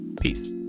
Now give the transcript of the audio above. Peace